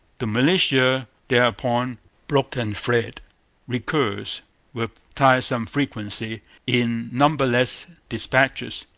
the militia thereupon broke and fled recurs with tiresome frequency in numberless dispatches.